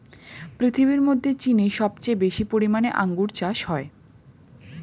পৃথিবীর মধ্যে চীনে সবচেয়ে বেশি পরিমাণে আঙ্গুর চাষ হয়